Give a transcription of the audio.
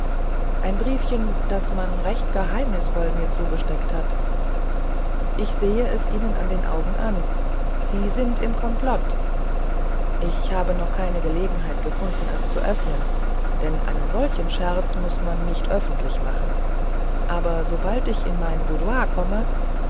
ein briefchen das man recht geheimnisvoll mir zugesteckt hat ich sehe es ihnen an den augen an sie sind im komplott ich habe noch keine gelegenheit gefunden es zu öffnen denn einen solchen scherz muß man nicht öffentlich machen aber sobald ich in mein boudoir komme